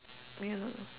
ya